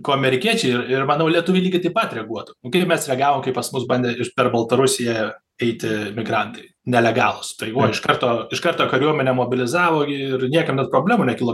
ko amerikiečiai ir ir manau lietuviai lygiai taip pat reaguotų nu kaip mes regavom kai pas mus bandė per baltarusiją eiti migrantai nelegalūs tai iš karto iš karto kariuomenę mobilizavo ir niekam net problemų nekilo